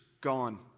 gone